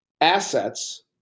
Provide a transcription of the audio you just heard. assets